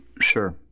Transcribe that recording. sure